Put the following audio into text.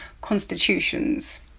constitutions